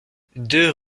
deux